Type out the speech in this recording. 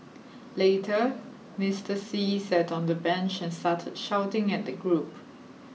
later Mister See sat on a bench and started shouting at the group